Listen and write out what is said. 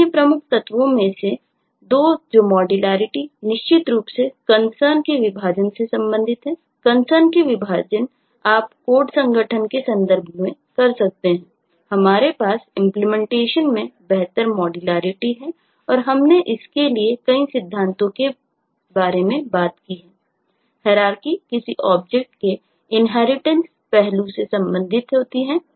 अन्य प्रमुख तत्वों में से दो जो मॉड्युलैरिटी पहलू से संबंधित होता है